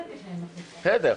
בסדר.